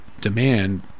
demand